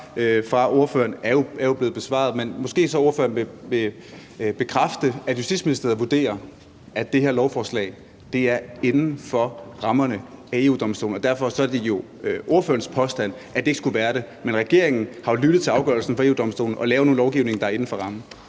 af ordføreren, er jo blevet besvaret. Men måske ordføreren så vil bekræfte, at Justitsministeriet vurderer, at det her lovforslag er inden for rammerne af afgørelsen fra EU-Domstolen. Derfor er det jo ordførerens påstand, at det ikke skulle være det. Regeringen har lyttet til afgørelsen fra EU-Domstolen og lavet et lovforslag, der er inden for rammen.